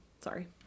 Sorry